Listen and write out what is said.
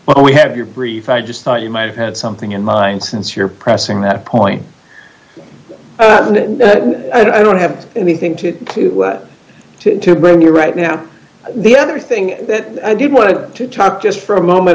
well we have your brief i just thought you might have something in mind since you're pressing that point i don't have anything to to to to bring you right now the other thing that i did want to talk just for a moment